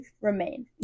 remain